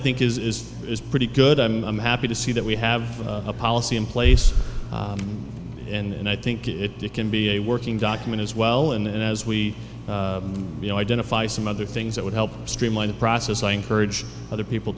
i think is is pretty good i'm i'm happy to see that we have a policy in place and i think it can be a working document as well and as we you know identify some other things that would help streamline the process i encourage other people